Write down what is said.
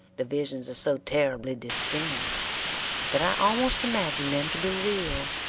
the visions are so terribly distinct that i almost imagine them to be real.